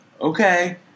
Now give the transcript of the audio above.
okay